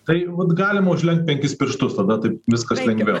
tai vat galima užlenkt penkis pirštus tada taip viskas lengviau